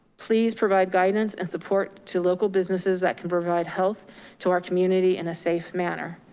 please provide guidance and support to local businesses that can provide health to our community in a safe manner.